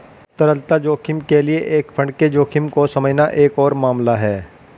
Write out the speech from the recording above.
तरलता जोखिम के लिए एक फंड के जोखिम को समझना एक और मामला है